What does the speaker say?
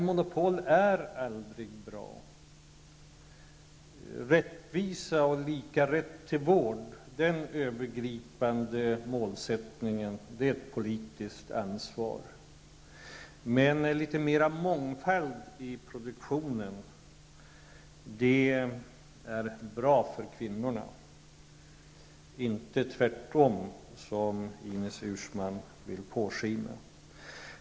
Monopol är aldrig bra. Att uppnå rättvisa och lika rätt till vård är ett politiskt ansvar, men litet mer mångfald i produktionen är bra för kvinnorna, inte tvärtom, som Ines Uusmann vill låta påskina.